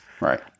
Right